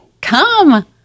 come